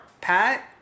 Pat